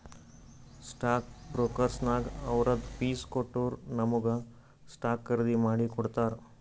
stock ಬ್ರೋಕರ್ಗ ಅವ್ರದ್ fees ಕೊಟ್ಟೂರ್ ನಮುಗ ಸ್ಟಾಕ್ಸ್ ಖರ್ದಿ ಮಾಡಿ ಕೊಡ್ತಾರ್